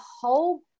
whole